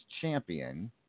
champion